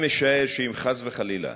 אני משער שאם חלילה